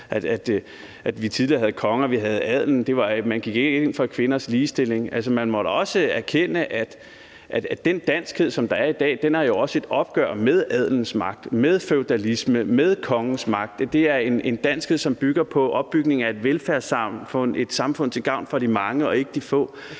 at vi tidligere havde konger, vi havde adelen, man gik ikke ind for kvinders ligestilling. Altså, man må da også erkende, at den danskhed, som der er i dag, jo også er et opgør med adelens magt, med feudalisme, med kongens magt. Det er en danskhed, som bygger på opbygningen af et velfærdssamfund – et samfund til gavn for de mange og ikke de få.